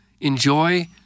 enjoy